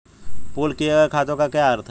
Pool किए गए खातों का क्या अर्थ है?